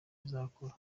izakora